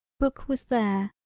book was there.